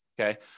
okay